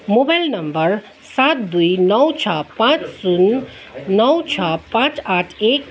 mobile number सात दुई नौ छ पाँच शून् नौ छ पाँच आठ एक